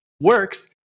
works